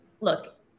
look